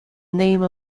name